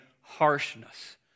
harshness